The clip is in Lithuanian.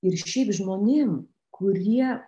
ir šiaip žmonėm kurie